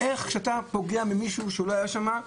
איך אתה פוגע במישהו שהוא לא היה שמה,